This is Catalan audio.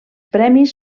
premis